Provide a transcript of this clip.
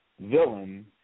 villain